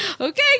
okay